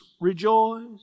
rejoice